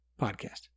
podcast